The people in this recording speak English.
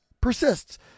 persists